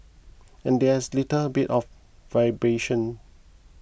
and there's a little bit of vibration